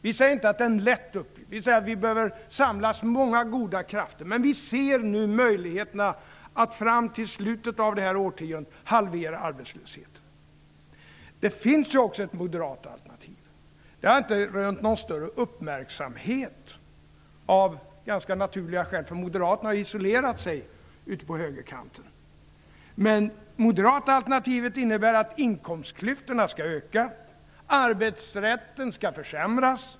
Vi säger inte att det är en lätt uppgift, utan vi säger att många goda krafter behöver samlas. Men vi ser nu möjligheterna att fram till slutet av det här årtiondet halvera arbetslösheten. Det finns också ett moderat alternativ, men det har inte rönt någon större uppmärksamhet - av ganska naturliga skäl, eftersom Moderaterna har isolerat sig ute på högerkanten. Det moderata alternativet innebär att inkomstklyftorna skall öka och att arbetsrätten skall försämras.